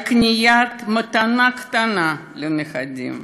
על קניית מתנה קטנה לנכדים.